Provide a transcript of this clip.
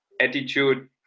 attitude